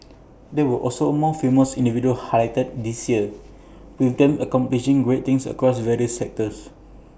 there were also more female individuals highlighted this year with them accomplishing great things across various sectors